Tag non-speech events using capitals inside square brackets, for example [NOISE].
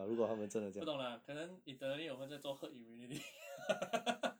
[BREATH] 不懂啦可能 internally 我们在做 herd immunity [LAUGHS]